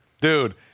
dude